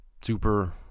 Super